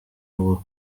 bwo